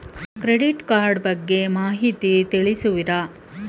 Credit card ಬಗ್ಗೆ ಮಾಹಿತಿ ತಿಳಿಸುವಿರಾ?